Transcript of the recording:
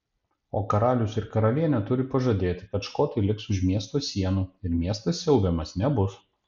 o karalius ir karalienė turi pažadėti kad škotai liks už miesto sienų ir miestas siaubiamas nebus